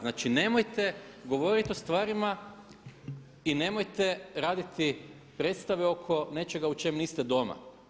Znači, nemojte govorit o stvarima i nemojte raditi predstave oko nečega u čem niste doma.